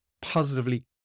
positively